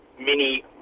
mini